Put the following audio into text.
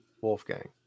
wolfgang